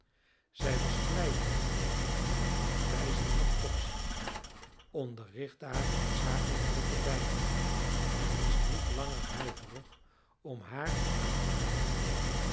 zij was vlijtiger in het onderwijzen van topsy onderrichtte haar hoofdzakelijk uit den bijbel en was niet langer huiverig om haar aan te raken zij